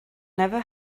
never